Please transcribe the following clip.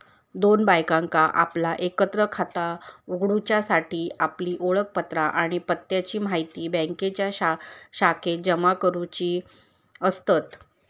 दोन बायकांका आपला एकत्र खाता उघडूच्यासाठी आपली ओळखपत्रा आणि पत्त्याची म्हायती बँकेच्या शाखेत जमा करुची असतत